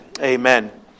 Amen